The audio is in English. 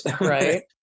Right